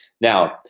Now